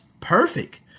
perfect